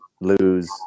lose